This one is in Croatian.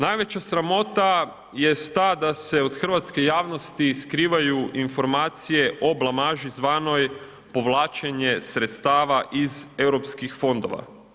Najveća sramota jest ta da se od hrvatske javnosti skrivaju informacije o blamaži zvanoj povlačenje sredstava iz eu fondova.